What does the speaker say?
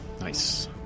Nice